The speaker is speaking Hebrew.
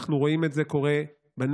אנחנו רואים את זה קורה בנגב,